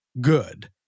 good